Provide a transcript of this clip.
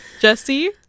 jesse